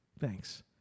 thanks